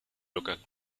local